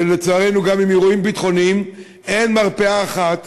לצערנו גם עם אירועים ביטחוניים, אין מרפאה אחת